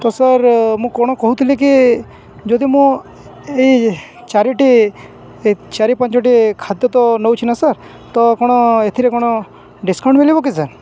ତ ସାର୍ ମୁଁ କ'ଣ କହୁଥିଲି କି ଯଦି ମୁଁ ଏଇ ଚାରିଟି ଏ ଚାରି ପାଞ୍ଚଟି ଖାଦ୍ୟ ତ ନଉଛି ନା ସାର୍ ତ କ'ଣ ଏଥିରେ କ'ଣ ଡିସକାଉଣ୍ଟ ମିଳିବ କି ସାର୍